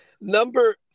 Number